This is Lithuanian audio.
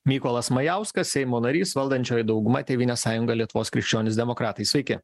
mykolas majauskas seimo narys valdančioji dauguma tėvynės sąjunga lietuvos krikščionys demokratai sveiki